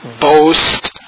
boast